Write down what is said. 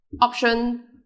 option